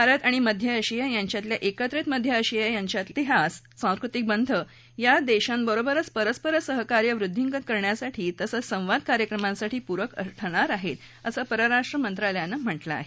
भारत आणि मध्य आशिया यांच्यातल्या एकत्रित मध्य आशिया तिहास आणि सांस्कृतिक बंध या देशांबरोबरचं परस्पर सहकार्य वृध्दीगंत करण्यासाठी तसंच या संवाद कार्यक्रमासाठी पूरक ठरणारे आहेत असं परराष्ट्र मंत्रालयानं म्हटलं आहे